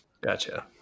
Gotcha